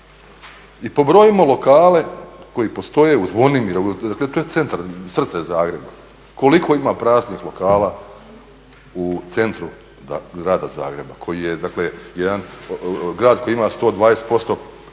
i pobrojimo lokale koji postoje u Zvonimirovoj ulici. Dakle, to je centar, srce Zagreba koliko ima praznih lokala u centru grada Zagreba koji je, dakle jedan grad koji ima 120% BDP-a